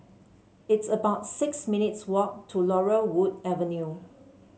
it's about six minutes' walk to Laurel Wood Avenue